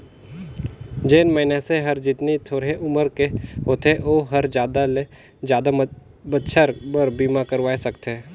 जेन मइनसे हर जेतनी थोरहें उमर के होथे ओ हर जादा ले जादा बच्छर बर बीमा करवाये सकथें